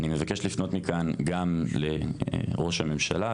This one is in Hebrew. אני מבקש לפנות מכאן גם לראש הממשלה,